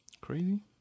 crazy